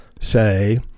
say